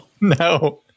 no